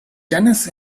tennis